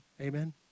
Amen